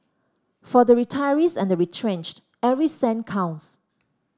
for the retirees and the retrenched every cent counts